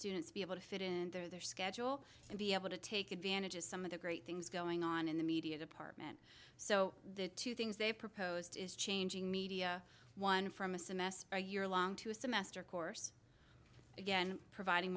students to be able to fit in their schedule and be able to take advantage of some of the great things going on in the media department so the two things they proposed is changing media one from a semester or year long to a semester course again providing